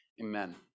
Amen